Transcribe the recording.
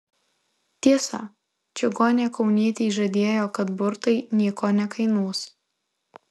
tiesa čigonė kaunietei žadėjo kad burtai nieko nekainuos